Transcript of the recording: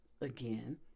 again